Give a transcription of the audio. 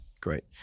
Great